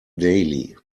daily